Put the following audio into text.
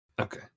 okay